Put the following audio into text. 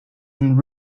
and